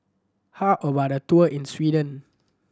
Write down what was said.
how about a tour in Sweden